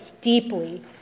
deeply